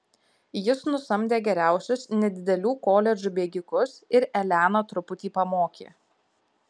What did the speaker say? jis nusamdė geriausius nedidelių koledžų bėgikus ir eleną truputį pamokė